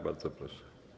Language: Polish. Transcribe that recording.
Bardzo proszę.